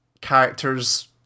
character's